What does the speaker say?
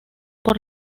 por